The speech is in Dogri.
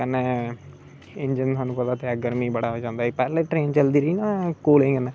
कन्ने इंजन थुहानू पता गर्मी बड़ी करदा ऐ पहले ट्रैन चलदी रेही ना कोयले कन्नै